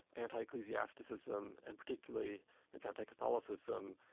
anti-ecclesiasticism and particularly its anti-catholicism,